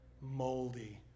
moldy